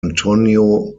antonio